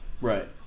Right